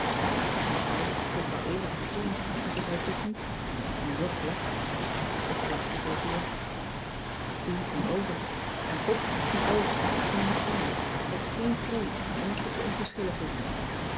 de generaal keek wel even vertoornd maar ze zei toch niets en jog lachte ik lachte tegen jog pien ging over en pop ging over als nummer één met geen preek omdat ze te onverschillig is